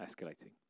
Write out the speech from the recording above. escalating